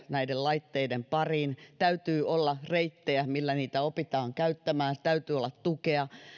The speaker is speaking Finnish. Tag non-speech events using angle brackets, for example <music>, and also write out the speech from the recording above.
näiden laitteiden pariin täytyy olla reittejä millä niitä opitaan käyttämään täytyy olla tukea <unintelligible>